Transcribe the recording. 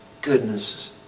goodness